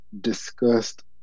discussed